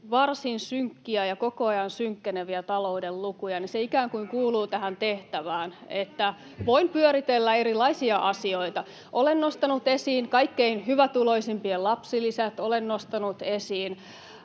varsin synkkiä ja koko ajan synkkeneviä talouden lukuja, niin se ikään kuin kuuluu tähän tehtävään, että voin pyöritellä erilaisia asioita. Olen nostanut esiin kaikkein hyvätuloisimpien lapsilisät, olen nostanut esiin